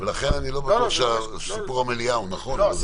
לכן אני לא בטוח שסיפור המליאה הוא נכון.